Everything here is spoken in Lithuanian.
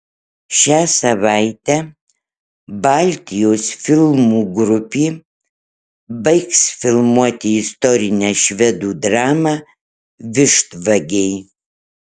šią savaitę baltijos filmų grupė baigs filmuoti istorinę švedų dramą vištvagiai